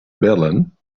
bellen